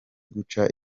guca